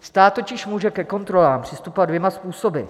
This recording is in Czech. Stát totiž může ke kontrolám přistupovat dvěma způsoby.